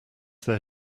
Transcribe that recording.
there